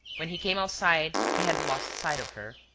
when he came outside, he had lost sight of her.